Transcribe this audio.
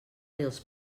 dels